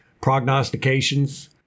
prognostications